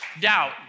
doubt